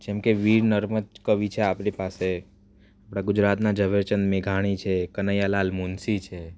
જેમ કે વીર નર્મદ કવિ છે આપણી પાસે આપળા ગુજરાતના ઝવેરચંદ મેઘાણી છે કનૈયાલાલ મુનશી છે